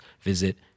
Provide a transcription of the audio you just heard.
visit